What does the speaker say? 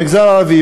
במגזר הערבי,